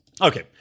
Okay